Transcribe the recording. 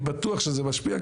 אני בטוח שזה משפיע,